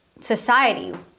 society